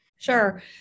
Sure